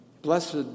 Blessed